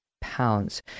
pounds